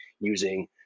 using